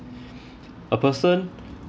a person